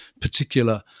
particular